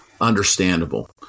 understandable